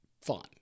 fun